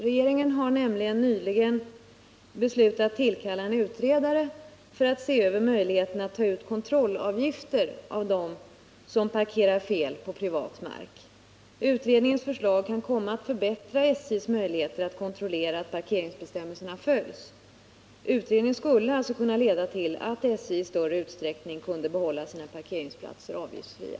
Regeringen har nämligen nyligen beslutat att tillkalla en utredare för att se över möjligheterna att ta ut kontrollavgifter av dem som parkerar fel på privat mark. Utredningens förslag kan komma att förbättra SJ:s möjligheter att kontrollera att parkeringsbestämmelserna följs. Utredningen skulle alltså kunna leda till att SJ i större utsträckning kunde behålla sina parkeringsplatser avgiftsfria.